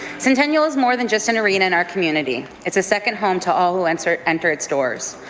centennial is more than just an arena in our community. it's a second home to all who enter enter its doors,